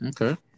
Okay